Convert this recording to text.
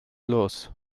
los